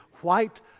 white